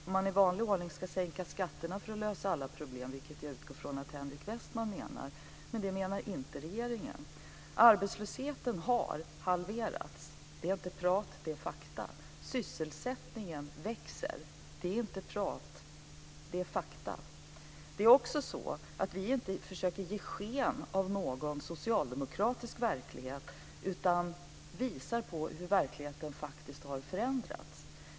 Att man i vanlig ordning ska sänka skatterna för att lösa alla problem utgår jag från att Henrik Westman menar, men det menar inte regeringen. Arbetslösheten har halverats. Det är inte prat, det är fakta. Sysselsättningen växer. Det är inte prat, det är fakta. Det är också så att vi inte försöker ge sken av någon socialdemokratisk verklighet, utan vi visar på hur verkligheten faktiskt har förändrats.